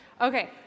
Okay